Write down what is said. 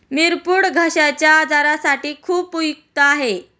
मिरपूड घश्याच्या आजारासाठी खूप उपयुक्त आहे